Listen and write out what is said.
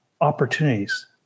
opportunities